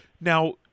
Now